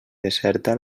deserta